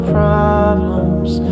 problems